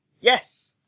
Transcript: yes